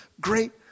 great